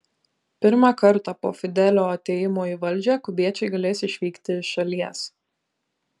pirmą kartą po fidelio atėjimo į valdžią kubiečiai galės išvykti iš šalies